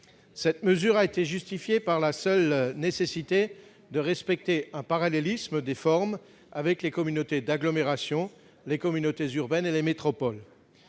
Cette mesure a été justifiée par la seule nécessité de respecter un parallélisme des formes avec les communautés d'agglomération, les communautés urbaines et les métropoles.